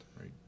right